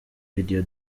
video